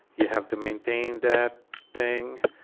you have to maintain that thing,